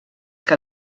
que